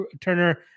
turner